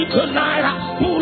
tonight